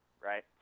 right